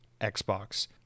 Xbox